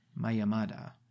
mayamada